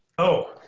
oh.